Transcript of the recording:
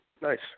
Nice